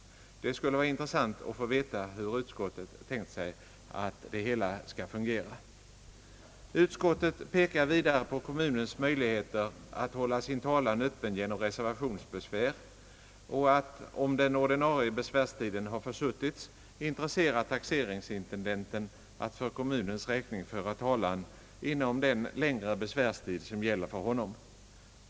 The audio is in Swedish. Det skulle vara intressant att få veta hur utskottet har tänkt sig att det hela skall fungera. Utskottet pekar vidare på kommunens möjligheter att hålla sin talan öppen genom reservationsbesvär och att — om den ordinarie besvärstiden har försuttits — intressera taxeringsintendenten att för kommunens räkning föra talan inom den längre besvärstid som gäller för honom.